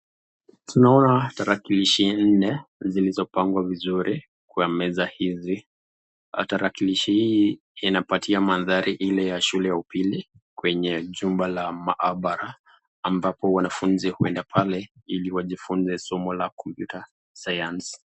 Tunaona tarakilishi nne zilizopangwa vizuri kwa meza hizi. Tarakilishi hii inapatia mandhari ile ya shule ya upili kwenye jumba la maabara, ambapo wanafunzi huenda pale, ili wajifunze somo la computer science .